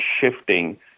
shifting